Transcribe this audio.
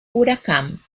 huracán